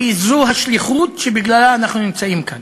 כי זו השליחות שבגללה אנחנו נמצאים כאן.